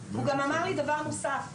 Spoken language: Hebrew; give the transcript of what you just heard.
הוא גם אמר לי דבר נוסף,